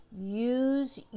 use